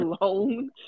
alone